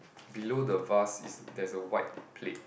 below the vase is there is a white plate